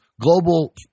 global